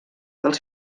dels